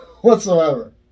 whatsoever